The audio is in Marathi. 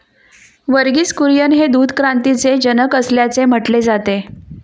वर्गीस कुरियन हे दूध क्रांतीचे जनक असल्याचे म्हटले जाते